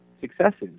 successes